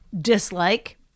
dislike